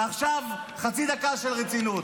ועכשיו, חצי דקה של רצינות: